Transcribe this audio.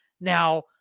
Now